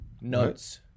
Notes